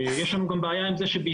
יש לנו גם בעיה עם זה שבישראל,